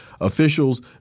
Officials